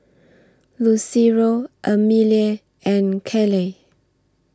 Lucero Amelie and Caleigh